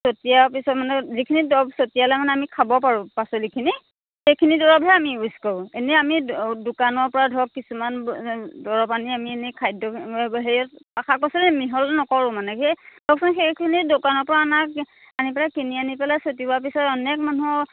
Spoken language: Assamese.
ছিটিয়াৰ পিছত মানে যিখিনি দৰব ছিটিয়ালে মানে আমি খাব পাৰোঁ পাচলিখিনি সেইখিনি দৰবহে আমি ইউজ কৰোঁ এনেই আমি দোকানৰপৰা ধৰক কিছুমান দৰব আনি আমি এনেই খাদ্য হেৰিয়ত শাক পাচলিত মিহল নকৰোঁ মানে সেই সেইখিনি দোকানৰপৰা আনা আনি পেলাই কিনি আনি পেলাই ছিটিওৱাৰ পিছত অনেক মানুহৰ